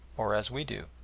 or as we do.